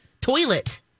toilet